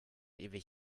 ewig